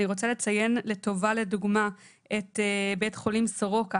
אני רוצה לציין לטובה לדוגמא את בית החולים סורוקה